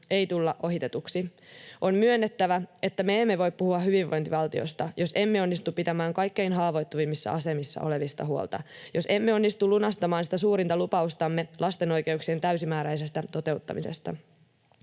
ei tulla ohitetuksi. On myönnettävä, että me emme voi puhua hyvinvointivaltiosta, jos emme onnistu pitämään kaikkein haavoittuvimmissa asemissa olevista huolta, jos emme onnistu lunastamaan sitä suurinta lupaustamme lasten oikeuksien täysimääräisestä toteuttamisesta.